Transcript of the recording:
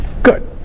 Good